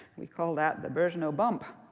we call that the birgeneau bump.